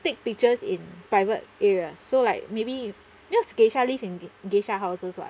take pictures in private area so like maybe cause geisha live in geisha houses [what]